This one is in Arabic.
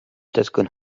تسكن